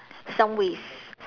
some ways